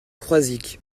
croizic